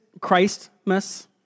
Christmas